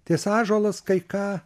tiesa ąžuolas kai ką